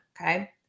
Okay